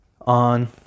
on